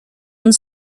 und